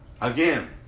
Again